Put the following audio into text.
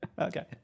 okay